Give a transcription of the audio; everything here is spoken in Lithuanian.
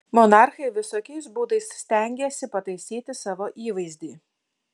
monarchai visokiais būdais stengėsi pataisyti savo įvaizdį